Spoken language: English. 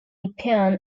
nepean